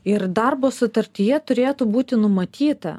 ir darbo sutartyje turėtų būti numatyta